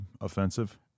offensive